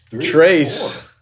trace